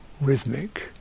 rhythmic